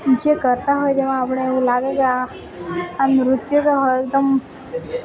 જે કરતાં હોઈ તેમાં આપણે એવું લાગે કે આ આ નૃત્ય તો એકદમ